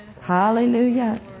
hallelujah